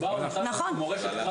הוא בא והוא נתן לנו מורשת קרב.